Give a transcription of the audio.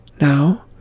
Now